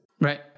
Right